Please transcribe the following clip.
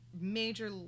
major